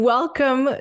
Welcome